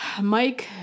Mike